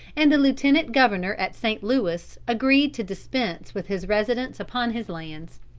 and the lieutenant governor at st. louis agreed to dispense with his residence upon his lands.